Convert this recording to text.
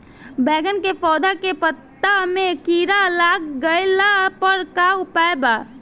बैगन के पौधा के पत्ता मे कीड़ा लाग गैला पर का उपाय बा?